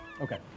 Okay